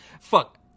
fuck